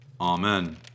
Amen